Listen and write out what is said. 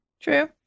True